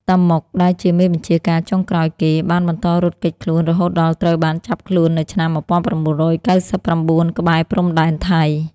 តាម៉ុក ដែលជាមេបញ្ជាការចុងក្រោយគេ បានបន្តរត់គេចខ្លួនរហូតដល់ត្រូវបានចាប់ខ្លួននៅឆ្នាំ១៩៩៩ ក្បែរព្រំដែនថៃ។